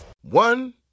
One